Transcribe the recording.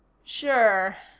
sure,